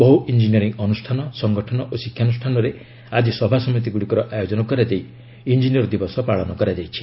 ବହୁ ଇଞ୍ଜିନିୟରିଂ ଅନୁଷ୍ଠାନ ସଂଗଠନ ଓ ଶିକ୍ଷାନୁଷ୍ଠାନରେ ଆକି ସଭାସମିତିଗୁଡ଼ିକର ଆୟୋଜନ କରାଯାଇ ଇଞ୍ଜିନିୟର ଦିବସ ପାଳନ କରାଯାଇଛି